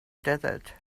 desert